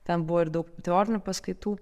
ten buvo ir daug teorinių paskaitų